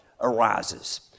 arises